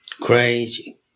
Crazy